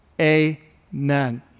amen